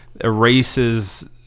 erases